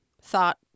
thought